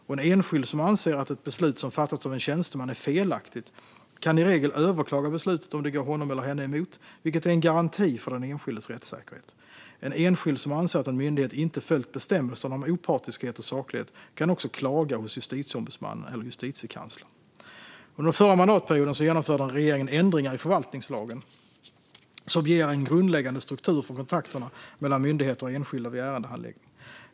Och en enskild som anser att ett beslut som fattats av en tjänsteman är felaktigt kan i regel överklaga beslutet om det går honom eller henne emot, vilket är en garanti för den enskildes rättssäkerhet. En enskild som anser att en myndighet inte följt bestämmelserna om opartiskhet och saklighet kan också klaga hos Justitieombudsmannen eller Justitiekanslern. Under den förra mandatperioden genomförde regeringen ändringar i förvaltningslagen, som ger en grundläggande struktur för kontakterna mellan myndigheter och enskilda vid ärendehandläggning.